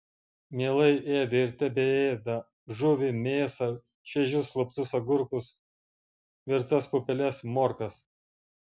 mielai ėdė ir tebeėda žuvį mėsą šviežius luptus agurkus virtas pupeles morkas